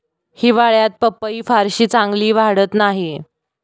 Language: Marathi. हिवाळ्यात पपई फारशी चांगली वाढत नाही